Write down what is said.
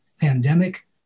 pandemic